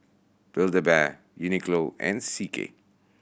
Build A Bear Uniqlo and C K